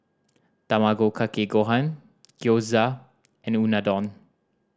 Tamago Kake Gohan Gyoza and Unadon